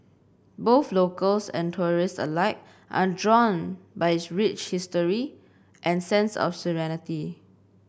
both locals and tourists alike are drawn by its rich history and sense of serenity